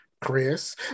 Chris